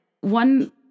one